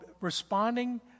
responding